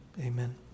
amen